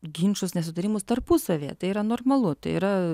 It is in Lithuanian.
ginčus nesutarimus tarpusavyje tai yra normalu tai yra